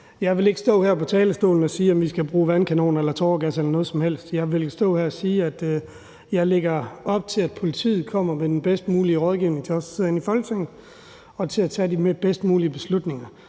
Jeg vil ikke stå her på talerstolen og sige, om vi skal bruge vandkanoner, tåregas eller noget som helst. Jeg vil stå her og sige, at jeg lægger op til, at politiet kommer med den bedst mulige rådgivning til os, der sidder herinde i Folketinget, i forhold til at tage de bedst mulige beslutninger.